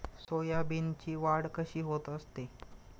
सोयाबीनची वाढ कशी होत असते?